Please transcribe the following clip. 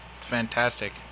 fantastic